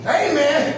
amen